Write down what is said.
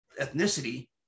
ethnicity